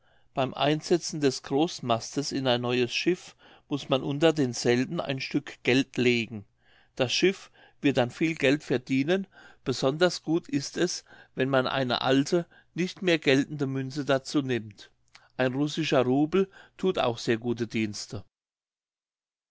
beim einsetzen des großmastes in ein neues schiff muß man unter denselben ein stück geld legen das schiff wird dann viel geld verdienen besonders gut ist es wenn man eine alte nicht mehr geltende münze dazu nimmt ein russischer rubel thut auch sehr gute dienste